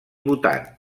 bhutan